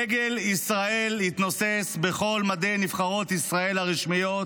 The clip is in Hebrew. דגל ישראל יתנוסס על כל מדי נבחרות ישראל הרשמיות.